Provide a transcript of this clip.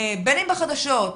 בין אם בחדשות,